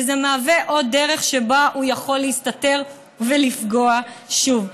וזה עוד דרך שבה הוא יכול להסתתר ולפגוע שוב.